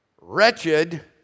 wretched